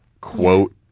quote